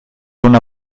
una